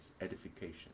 edification